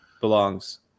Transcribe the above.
belongs